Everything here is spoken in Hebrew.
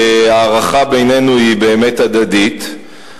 שההערכה בינינו היא באמת הדדית,